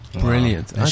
Brilliant